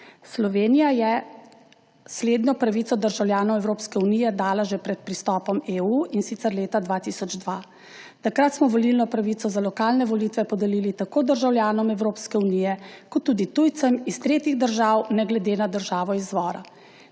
Slovenija je slednjo pravico državljanom Evropske unije dala že pred pristopom EU, in sicer leta 2002. Takrat smo volilno pravico za lokalne volitve podelili tako državljanom Evropske unije kot tudi tujcem iz tretjih držav ne glede na državo izvora.